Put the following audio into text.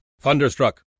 Thunderstruck